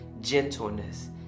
gentleness